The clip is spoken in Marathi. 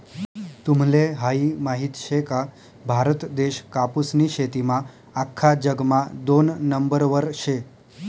तुम्हले हायी माहित शे का, भारत देश कापूसनी शेतीमा आख्खा जगमा दोन नंबरवर शे